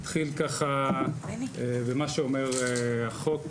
נתחיל ככה במה שאומר החוק,